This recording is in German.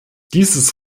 dieses